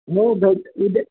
हो उद्या